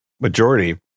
majority